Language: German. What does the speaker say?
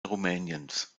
rumäniens